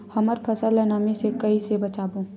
हमर फसल ल नमी से क ई से बचाबो?